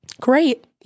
great